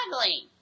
ugly